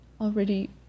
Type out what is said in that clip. already